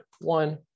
one